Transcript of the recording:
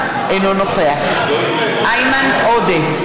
אינו נוכח איימן עודה,